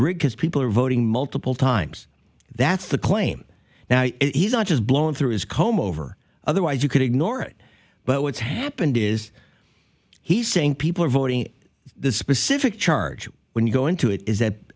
his people are voting multiple times that's the claim now he's not just blown through his comb over otherwise you could ignore it but what's happened is he's saying people are voting the specific charge when you go into it is that